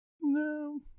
No